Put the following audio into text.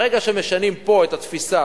ברגע שמשנים פה את התפיסה,